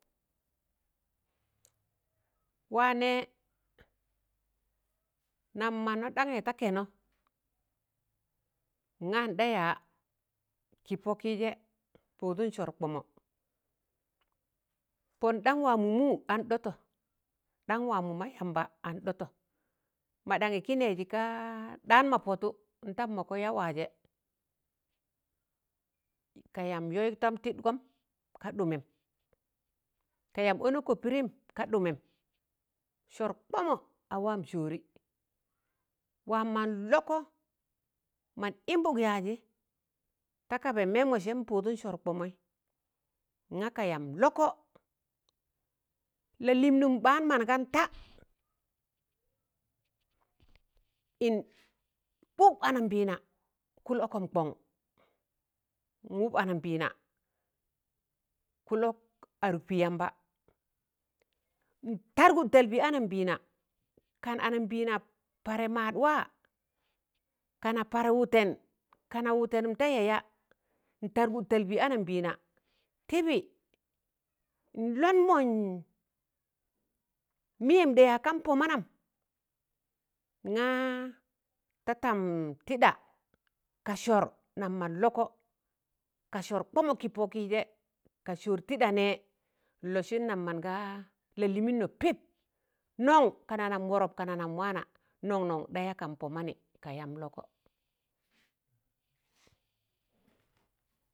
Wa nẹẹ, nam mana ɗaṇg̣ị ta kẹnọ na nda yaa kị pọkị jẹ pụụdụn sọr kpọmọ, pọn ɗaṇg waamọ mụụ an ɗọtọ, ɗang̣ waamụ yamba an ɗ̣ọtọ maɗaṇyi kị nẹẹzị ka ɗaan ma pọtụ ndam mọka ya waajẹ, ka yamb yọịg tam tị'kọm ka ɗụmẹm. Ka yamb ọnụkọ pịdịịm ka ɗụmẹm. Sọr kpọmọ a waam sọọrị, waam man lọkọ man yịmbụk yaazị, ta kaba mẹmọ sẹ mpụụdụn sọr kpọmọị, nga ka yamb lọkọ, lalịịnụm ɓaan man ganta ịn ụb anambịịna kụlọkọm kọn n'ụb anambịịna kụlọk adụg pị yamba. N'targụt talpị anambịịna. Kan anambịịna parẹị maad waa, kana par wụtẹn, ka wụtẹnụm da yaya ntargụt talpị anambịịna Tịbị n'lọn mọnj mịyẹm ɗị yaak kan pọ manam, ṇa ta tam tịda ka Sọr nam man lọkọ ka sọr Kpọmọ kị pọkị jẹ, ka sọọr tiɗa nẹẹ n'lọsịn nam mọnga Lalịịwịnnọ pịp, nọṇ nọṇ kana nam wọrọp kana nam waana, nọṇ nọṇ ɗa ya gan pọ mana ka yam Lọkọ.